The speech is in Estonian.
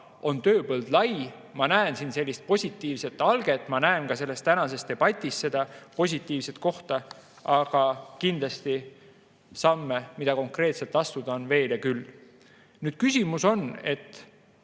RMK tööpõld on lai. Ma näen siin sellist positiivset alget, ma näen ka selles tänases debatis positiivset kohta, aga kindlasti on samme, mida konkreetselt astuda, veel ja küll. Küsimus on,